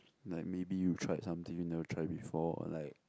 like maybe you try something you never try before like